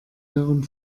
ihren